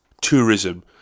tourism